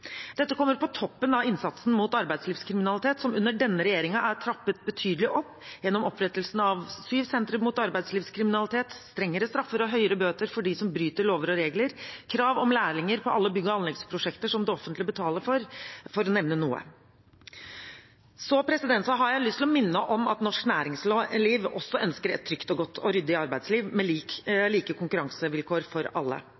Dette kommer på toppen av innsatsen mot arbeidslivskriminalitet, som under denne regjeringen er trappet betydelig opp, gjennom opprettelsen av syv sentre mot arbeidslivskriminalitet, strengere straffer og høyere bøter for dem som bryter lover og regler, krav om lærlinger på alle bygg- og anleggsprosjekter som det offentlige betaler for, for å nevne noe. Så har jeg lyst til å minne om at norsk næringsliv også ønsker et trygt og godt og ryddig arbeidsliv, med like konkurransevilkår for alle.